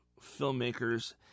filmmakers